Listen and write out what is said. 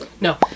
No